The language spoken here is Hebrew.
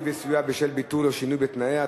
וסיוע בשל ביטול טיסה או שינוי בתנאיה),